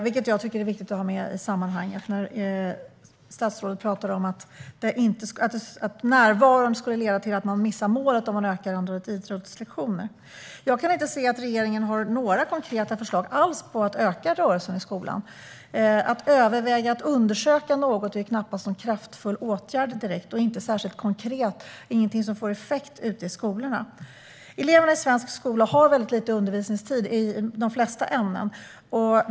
Det tycker jag är viktigt att ha med i sammanhanget, eftersom statsrådet talade om närvaron och att det skulle leda till att man missar målet om antalet idrottslektioner ökas. Jag kan inte se att regeringen har några konkreta förslag alls för att öka rörelsen i skolan. Att överväga att undersöka något är knappast en kraftfull åtgärd. Det är inte särskilt konkret eller något som får effekt ute i skolorna. Eleverna i svensk skola har väldigt lite undervisningstid i de flesta ämnen.